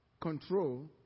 control